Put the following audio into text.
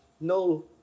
no